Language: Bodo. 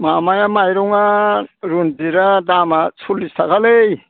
माबाया माइरंआ रन्जितआ दामा सल्लिस थाखा लै